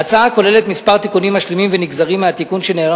ההצעה כוללת כמה תיקונים משלימים ונגזרים מהתיקון שנערך